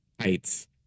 heights